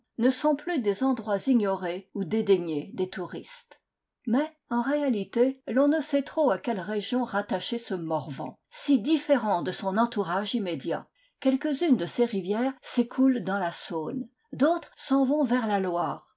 ne sont plus des endroits ignorés ou dédaignés des touristes mais en réalité l'on ne sait trop à quelle région rattacher ce morvan si différent de son entourage immédiat quelques-unes de ses rivières s'écoulent dans la saône d'autres s'en vont vers la loire